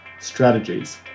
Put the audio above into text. strategies